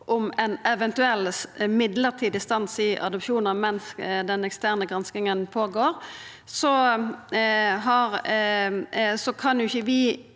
på ein eventuell midlertidig stans i adopsjonar mens den eksterne granskinga går føre seg, kan vi ikkje